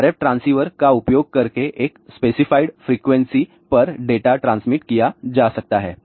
तो RF transceiver का उपयोग करके एक स्पेसिफाइड फ्रीक्वेंसी पर डेटा ट्रांसमिट किया जा सकता है